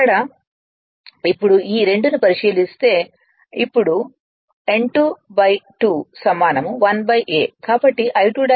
ఇప్పుడు ఇక్కడ ఈ 2 ను పరిశీలిస్తే ' అప్పుడు n2' 2 సమానం 1 a